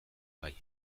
bai